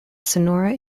sonora